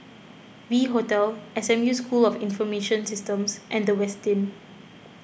V Hotel S M U School of Information Systems and the Westin